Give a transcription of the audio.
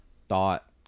thought